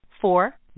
Four